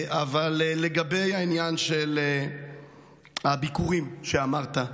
אבל לגבי עניין הביקורים שציינת,